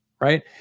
right